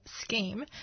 scheme